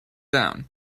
down